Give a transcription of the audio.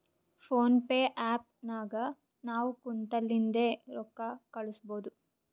phone pay app ನಾಗ್ ನಾವ್ ಕುಂತಲ್ಲಿಂದೆ ರೊಕ್ಕಾ ಕಳುಸ್ಬೋದು